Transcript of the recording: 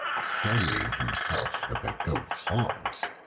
steadying himself with the goat's horns,